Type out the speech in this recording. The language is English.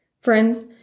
Friends